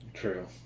true